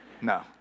No